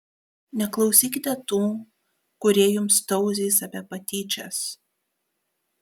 neklausykite tų kurie jums tauzys apie patyčias